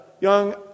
young